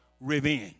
revenge